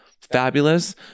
fabulous